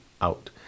out